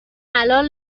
الان